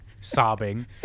sobbing